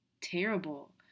terrible